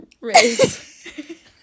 race